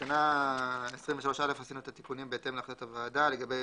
בתקנות 23(א) עשינו את התיקונים בהתאם להחלטת הוועדה לגבי